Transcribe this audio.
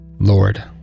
Lord